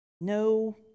no